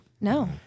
No